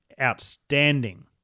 outstanding